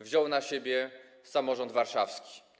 wziął na siebie samorząd warszawski.